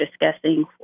discussing